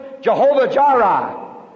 Jehovah-Jireh